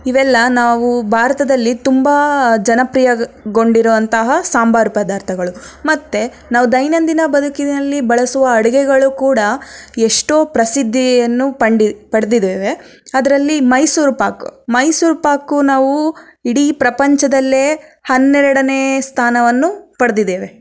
ಇವೆಲ್ಲ ನಾವು ಭಾರತದಲ್ಲಿ ತುಂಬ ಜನಪ್ರಿಯಗೊಂಡಿರುವಂತಹ ಸಾಂಬಾರ್ ಪದಾರ್ಥಗಳು ಮತ್ತೆ ನಾವು ದೈನದಿಂದಿನ ಬದುಕಿನಲ್ಲಿ ಬಳಸುವ ಅಡುಗೆಗಳು ಕೂಡ ಎಷ್ಟೋ ಪ್ರಸಿದ್ಧಿಯನ್ನು ಪಂಡಿ ಪಡೆದಿದ್ದೇವೆ ಅದರಲ್ಲಿ ಮೈಸೂರು ಪಾಕು ಮೈಸೂರು ಪಾಕು ನಾವು ಇಡೀ ಪ್ರಪಂಚದಲ್ಲೇ ಹನ್ನೆರಡನೇ ಸ್ಥಾನವನ್ನು ಪಡೆದಿದ್ದೇವೆ